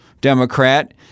Democrat